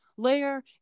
layer